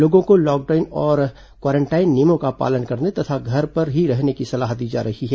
लोगों को लॉकडाउन और क्वारेंटाइन नियमों का पालन करने तथा घर पर ही रहने की सलाह दी जा रही है